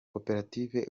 koperative